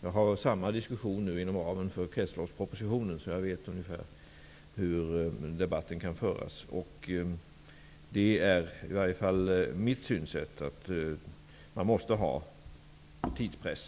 Jag för nu samma diskussion inom ramen för kretsloppspropositionen, så jag vet ungefär hur debatten kan föras. Det är i varje fall min uppfattning att man måste ha tidspress.